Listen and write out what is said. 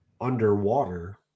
underwater